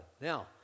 Now